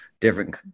different